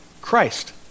Christ